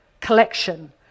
collection